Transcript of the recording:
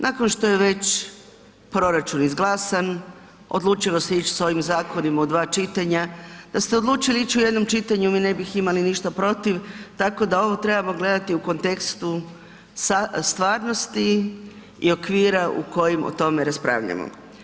Nakon što je već proračun izglasan, odlučilo se ić s ovim zakonima u dva čitanja, da ste odlučili ić u jednom čitanju mi ne bih imali ništa protiv, tako da ovo trebamo gledati u kontekstu sa stvarnosti i okvira u kojim o tome raspravljamo.